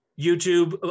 YouTube